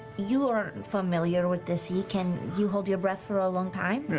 you are familiar with the sea. can you hold your breath for a long time?